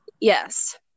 Yes